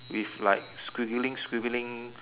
with like squiggling squiggling